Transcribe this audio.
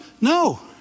no